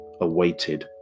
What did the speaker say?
awaited